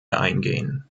eingehen